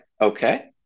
okay